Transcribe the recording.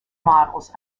models